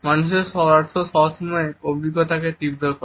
মানুষের স্পর্শ সবসময় অভিজ্ঞতাকে তীব্র করে